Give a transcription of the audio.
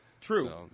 True